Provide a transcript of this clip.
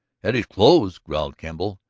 at his clothes, growled kemble,